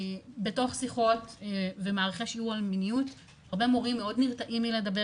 בתוך שיחות ומערכי שיעור על מיניות הרבה מורים מאוד נרתעים מלדבר